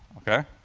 ok?